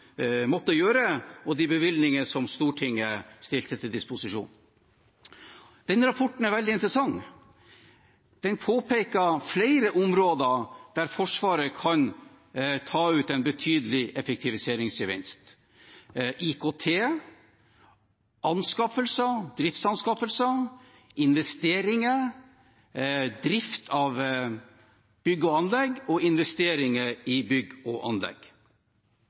bevilgninger Stortinget stilte til disposisjon. Den rapporten er veldig interessant, den påpeker flere områder der Forsvaret kan ta ut en betydelig effektiviseringsgevinst: IKT, anskaffelser, driftsanskaffelser, investeringer, drift av bygg og anlegg og investeringer i bygg og anlegg.